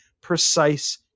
precise